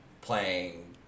playing